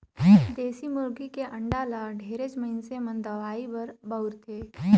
देसी मुरगी के अंडा ल ढेरेच मइनसे मन दवई बर बउरथे